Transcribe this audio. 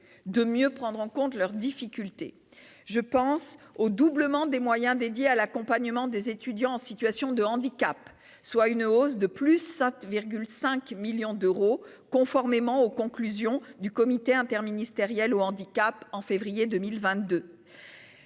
de mieux prendre en compte leurs difficultés. Je pense au doublement des moyens consacrés à l'accompagnement des étudiants en situation de handicap, soit une hausse de 7,5 millions d'euros, conformément aux conclusions du comité interministériel au handicap de février 2022.